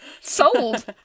Sold